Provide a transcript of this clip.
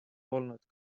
olnud